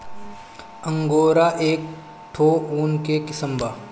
angora एक ठो ऊन के किसिम बा